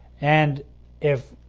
and if